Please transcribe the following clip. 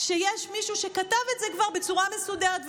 שיש מישהו שכתב את זה כבר בצורה מסודרת,